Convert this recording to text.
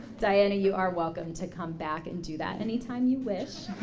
dianna you are welcome to come back and do that anytime you wish.